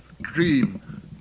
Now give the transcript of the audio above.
dream